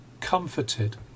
comforted